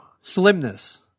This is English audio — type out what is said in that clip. slimness